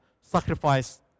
sacrifice